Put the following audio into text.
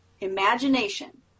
imagination